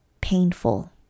painful